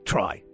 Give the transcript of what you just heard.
Try